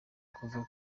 bakavuga